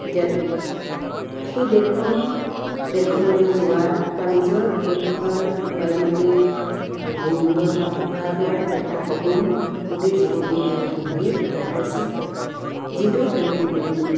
এতিয়া সেই দেশখন দেশখনলৈ যোৱা বা নিজৰ দেশখনৰ বায়ু মাটিৰ গোন্ধ লোৱা বা উশাহ লোৱাৰ এটা সপোন গোটেই জীৱনটো তেওঁ পুহি ৰাখিছে যিটো তেওঁ কোনোদিন